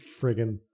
friggin